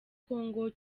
congo